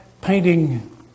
painting